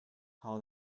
how